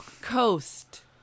Coast